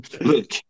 Look